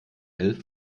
elf